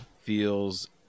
feels